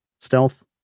stealth